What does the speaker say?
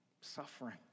suffering